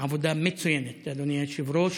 עבודה מצוינת, אדוני היושב-ראש.